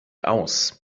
aus